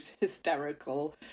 hysterical